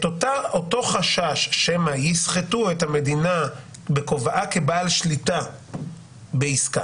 את אותו חשש שמא יסחטו את המדינה בכובעה כבעל שליטה בעסקה,